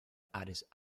addis